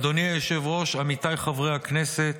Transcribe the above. אדוני היושב-ראש, עמיתיי חברי הכנסת,